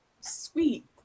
Sweet